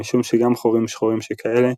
משום שגם חורים שחורים שכאלה,